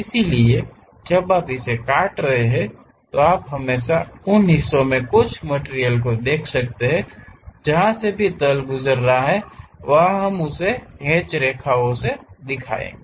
इसलिए जब आप इसे काट रहे हैं तो आप हमेशा उन हिस्सों में कुछ मटिरियल देख सकते हैं जहां से भी तल गुजर रहा है वहां हम उसे हैच रेखाओं से दिखाएंगे